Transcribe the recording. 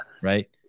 right